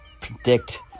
predict